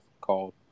called